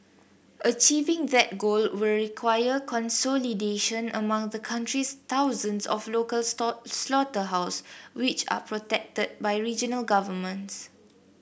achieving that goal will require consolidation among the country's thousands of local slaughterhouse which are protected by regional governments